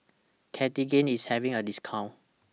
Cartigain IS having A discount